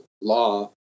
law